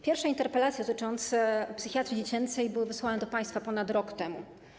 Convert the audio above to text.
Pierwsze interpelacje dotyczące psychiatrii dziecięcej zostały wysłane do państwa ponad rok temu.